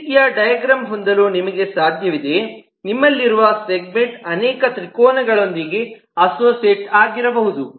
ಈ ರೀತಿಯ ಡಯಾಗ್ರಾಮ್ ಹೊಂದಲು ನಿಮಗೆ ಈಗ ಸಾಧ್ಯವಿದೆ ನಿಮ್ಮಲ್ಲಿರುವ ಸೆಗ್ಮೆಂಟ್ ಅನೇಕ ತ್ರಿಕೋನಗಳೊಂದಿಗೆ ಅಸೋಸಿಯೇಟ್ ಆಗಿರಬಹುದು